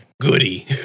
goody